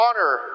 honor